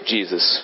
Jesus